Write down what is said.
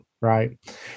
right